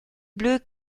bleus